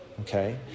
okay